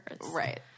Right